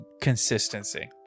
consistency